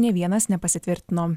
nė vienas nepasitvirtino